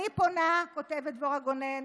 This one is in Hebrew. אני פונה, כותבת דבורה גונן,